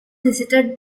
visited